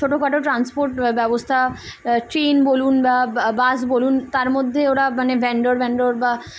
ছোটোখাটো ট্রান্সপোর্ট ব্যবস্থা ট্রেন বলুন বা বাস বলুন তার মধ্যে ওরা মানে ভ্যান্ডোর ভেন্ডর বা